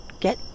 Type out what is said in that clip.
get